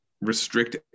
restrict